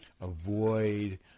avoid